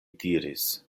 diris